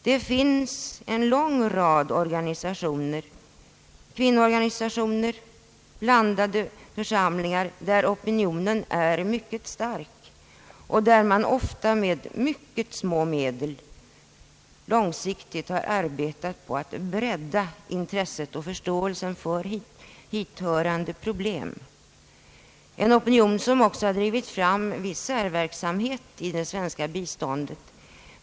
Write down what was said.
Det finns en lång rad organisationer, kvinnoorganisationer, blandade församlingar, där opinionen är mycket stark och där man ofta med mycket små medel långsiktigt har arbetat på att bredda intresset och förståelsen för hithörande problem, en opinion som också har drivit fram viss särverksamhet i det svenska biståndet.